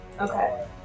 Okay